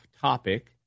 topic